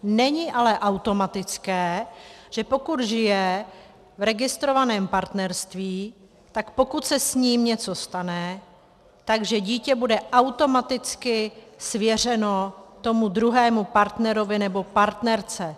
Není ale automatické, že pokud žije v registrovaném partnerství, tak pokud se s ním něco stane, tak dítě bude automaticky svěřeno tomu druhému partnerovi nebo partnerce.